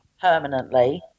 permanently